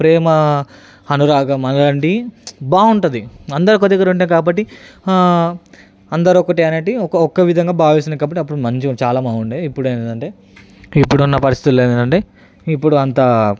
ప్రేమ అనురాగం అలాంటివి బాగుంటుంది అందరు ఒకదగ్గర ఉంటారు కాబట్టి అందరు ఒక్కటే అన్నట్టే ఒక్క విధంగా బావిస్తుండే చాలా బాగుందే ఇప్పుడు ఏంటంటే ఇప్పుడున్న పరిస్థితుల్లో ఏంటంటే అంటే ఇప్పుడు అంతా